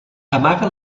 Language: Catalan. amaga